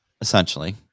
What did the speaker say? essentially